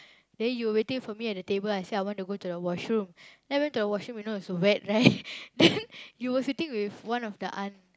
then you waiting for me at the table I say I want to go the washroom then I went to the washroom you know is wet right then you were sitting with one of the aunt